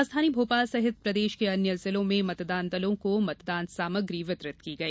राजधानी भोपाल सहित प्रदेश के अन्य जिलों में मतदान दलों को मतदान सामग्री वितरित की गई